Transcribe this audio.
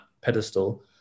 pedestal